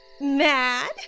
mad